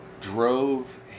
drove